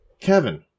Kevin